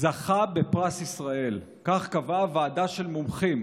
זכה בפרס ישראל, כך קבעה ועדה של מומחים